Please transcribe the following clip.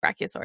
brachiosaurus